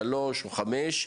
שלוש או חמש,